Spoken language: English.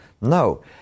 no